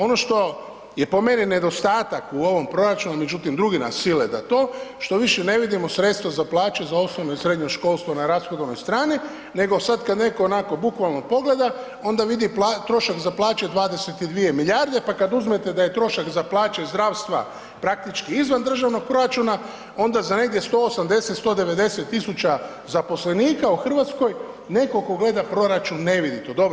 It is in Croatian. Ono što je po meni nedostatak u ovom proračunu, međutim, drugi nas sile na to, što više ne vidimo sredstva za plaće za osnovno i srednje školstvo na rashodovnoj strani, nego kad netko onako bukvalno pogleda ona vidi trošak za plaće 22 milijarde pa kad uzmete da je trošak za plaće zdravstva praktički izvan državnog proračuna onda za negdje 180-190 tisuća zaposlenika u Hrvatskoj netko tko gleda proračun ne vidi to dobro.